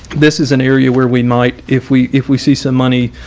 this is an area where we might if we if we see some money,